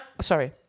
Sorry